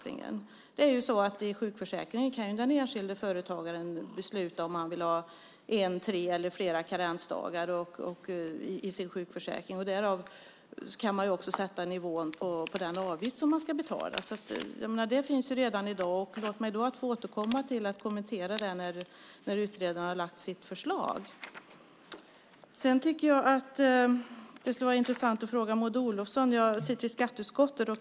I sin sjukförsäkring kan den enskilde företagaren besluta om han vill ha en, tre eller flera karensdagar. Man kan också sätta nivån på den avgift man ska betala. Det finns redan i dag. Låt mig få återkomma till att kommentera det när utredaren har lagt fram sitt förslag. Jag sitter i skatteutskottet.